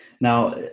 now